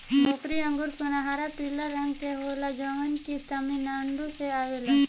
भोकरी अंगूर सुनहरा पीला रंग के होला जवन की तमिलनाडु से आवेला